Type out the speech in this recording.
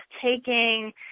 taking